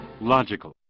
Logical